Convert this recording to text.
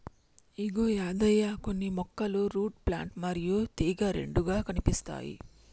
ఇగో యాదయ్య కొన్ని మొక్కలు root plant మరియు తీగ రెండుగా కనిపిస్తాయి